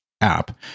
app